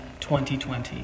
2020